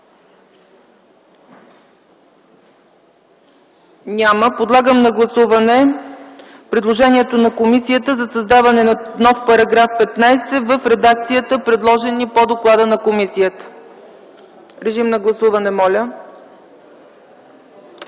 Няма. Подлагам на гласуване предложението на комисията за създаване на нов § 15 в редакцията, предложена по доклада на комисията. Гласували